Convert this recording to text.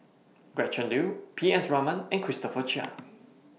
Gretchen Liu P S Raman and Christopher Chia